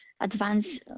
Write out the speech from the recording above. advance